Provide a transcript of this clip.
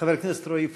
חבר הכנסת רועי פולקמן,